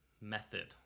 method